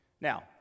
Now